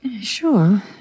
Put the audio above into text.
Sure